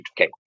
Okay